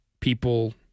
people